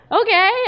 Okay